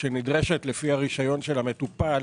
שנדרשת לפי הרשיון של המטופל